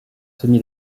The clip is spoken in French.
semi